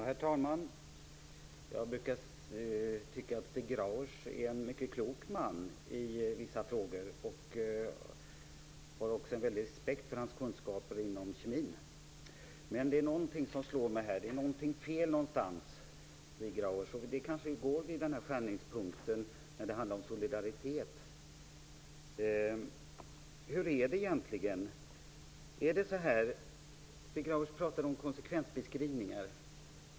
Herr talman! Jag brukar tycka att Stig Grauers är en mycket klok man i vissa frågor. Jag har också en väldig respekt för hans kunskaper inom kemin. Men det slår mig att det är någonting som är fel någonstans, Stig Grauers. Det kanske är skärningspunkten när det handlar om solidaritet. Stig Grauers talade om konsekvensbeskrivningar.